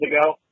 ago